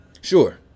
Sure